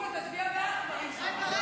התשפ"ה 2024,